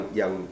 yang